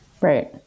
Right